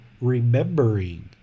remembering